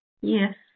Yes